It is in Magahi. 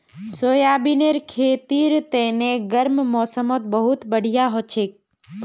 सोयाबीनेर खेतीर तने गर्म मौसमत बहुत बढ़िया हछेक